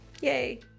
Yay